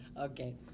Okay